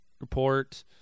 report